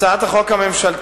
הצעת החוק הממשלתית